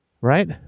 right